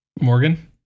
Morgan